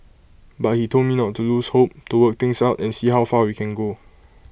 but he told me not to lose hope to work things out and see how far we can go